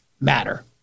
matter